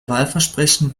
wahlversprechen